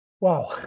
Wow